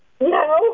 No